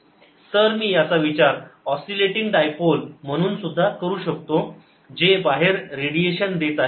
तर मी याचा विचार ऑस्सिलेटिंग डायपोल म्हणून सुद्धा करू शकतो जे बाहेर रेडिएशन देत आहे